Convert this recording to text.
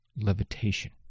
levitation